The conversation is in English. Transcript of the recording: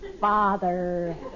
Father